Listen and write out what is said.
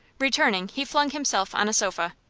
returning, he flung himself on a sofa.